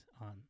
on